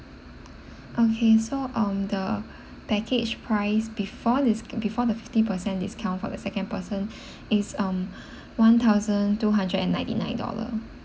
okay so um the package price before this before the fifty per cent discount for the second person is um one thousand two hundred and ninety nine dollar